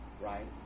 right